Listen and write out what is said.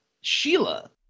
Sheila